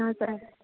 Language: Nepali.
हजुर